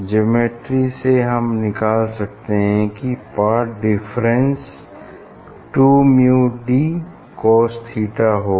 geometry से हम निकाल सकते है कि path difference two mu d cos theta होगा